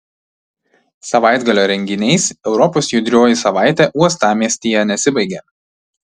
savaitgalio renginiais europos judrioji savaitė uostamiestyje nesibaigė